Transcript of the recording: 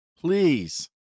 please